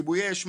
כיבוי אש,